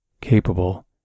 capable